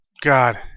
God